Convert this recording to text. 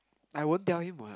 I won't tell him [what]